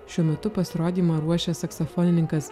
šiuo metu pasirodymą ruošia saksofonininkas